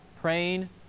praying